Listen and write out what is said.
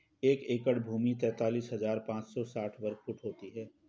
एक एकड़ भूमि तैंतालीस हज़ार पांच सौ साठ वर्ग फुट होती है